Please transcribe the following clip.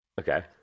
Okay